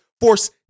force